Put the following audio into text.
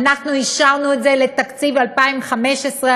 אנחנו אישרנו את זה לתקציב 2015,